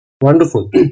Wonderful